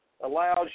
allows